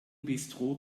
bistro